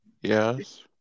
Yes